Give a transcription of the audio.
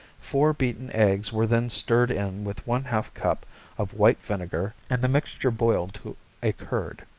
four beaten eggs were then stirred in with one-half cup of white vinegar and the mixture boiled to a curd.